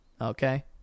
Okay